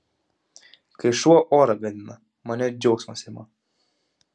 kai šuo orą gadina mane džiaugsmas ima